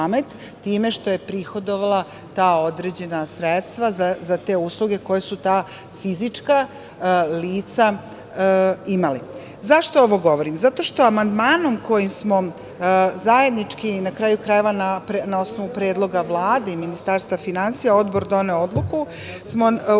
time što je prihodovala ta određena sredstva za te usluge koje su ta fizička lica imala.Zašto ovo govorim? Zato što amandmanom kojim smo zajednički, na kraju krajeva, na osnovu predloga Vlade i Ministarstva finansija Odbor doneo odluku smo u